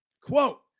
Quote